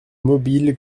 mobile